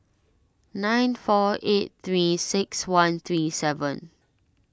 nine four eight three six one three seven